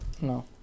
no